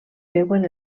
veuen